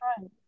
right